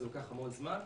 זה לוקח המון זמן,